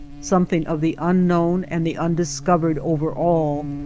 something of the un known and the undiscovered over all,